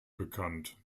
bekannt